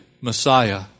Messiah